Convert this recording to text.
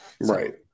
Right